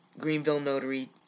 greenvillenotary